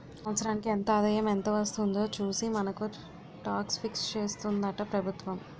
సంవత్సరానికి ఎంత ఆదాయం ఎంత వస్తుందో చూసి మనకు టాక్స్ ఫిక్స్ చేస్తుందట ప్రభుత్వం